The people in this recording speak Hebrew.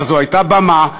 אבל זו הייתה במה,